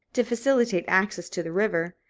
to facilitate access to the river,